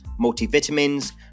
multivitamins